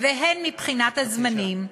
והן מבחינת הזמנים,